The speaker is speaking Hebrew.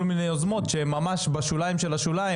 מיני יוזמות שהן ממש בשוליים של השוליים,